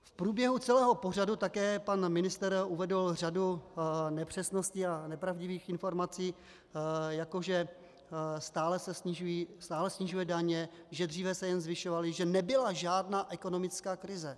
V průběhu celého pořadu také pan ministr uvedl řadu nepřesností a nepravdivých informací, že stále snižuje daně, že dříve se jen zvyšovaly, že nebyla žádná ekonomická krize.